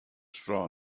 straw